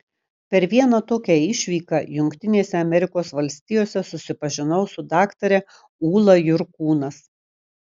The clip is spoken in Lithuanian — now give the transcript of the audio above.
per vieną tokią išvyką jungtinėse amerikos valstijose susipažinau su daktare ūla jurkūnas